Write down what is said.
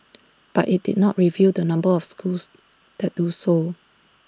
but IT did not reveal the number of schools that do so